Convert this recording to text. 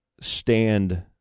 stand